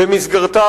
ובמסגרתה,